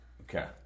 Okay